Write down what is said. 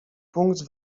punkt